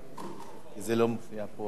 זה לא מופיע פה, אז אני מוסיף את זה.